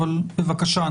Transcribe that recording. בבקשה,